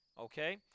okay